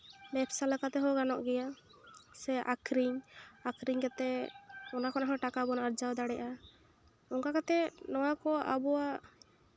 ᱵᱮᱵᱥᱟ ᱞᱮᱠᱟ ᱛᱮᱦᱚᱸ ᱜᱟᱱᱚᱜ ᱜᱮᱭᱟ ᱥᱮ ᱟᱠᱷᱨᱤᱧ ᱟᱠᱷᱨᱤᱧ ᱠᱟᱛᱮ ᱚᱱᱟ ᱠᱚᱨᱮ ᱦᱚᱸ ᱴᱟᱠᱟ ᱵᱚᱱ ᱟᱨᱡᱟᱣ ᱫᱟᱲᱮᱭᱟᱜᱼᱟ ᱚᱱᱠᱟ ᱠᱟᱛᱮ ᱱᱚᱣᱟ ᱠᱚ ᱟᱵᱚᱣᱟᱜ